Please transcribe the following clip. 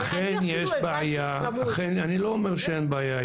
אכן, יש בעיה, אני לא אומר שאין בעיה.